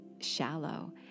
shallow